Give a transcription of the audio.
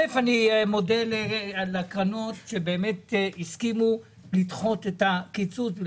אני מודה לקרנות שבאמת הסכימו לדחות את הקיצוץ כי